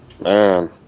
man